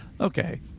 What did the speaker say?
Okay